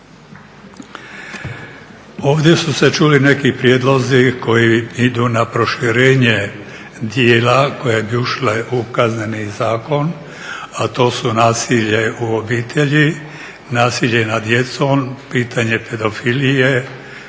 Ovdje su se čuli neki prijedlozi koji idu na proširenje djela koja bi ušla u Kazneni zakon, a to su nasilje u obitelji, nasilje nad djecom, pitanje pedofilije